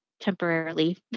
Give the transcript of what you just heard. temporarily